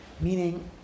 Meaning